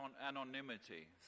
anonymity